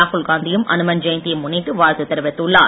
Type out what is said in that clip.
ராகுல் காந்தியும் அனுமன் ஜெயந்தியை முன்னிட்டு வாழ்த்து தெரிவித்துள்ளார்